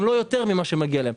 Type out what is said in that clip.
גם לא יותר ממה שמגיע להם.